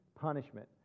punishment